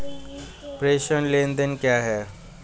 प्रेषण लेनदेन क्या है?